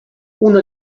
uno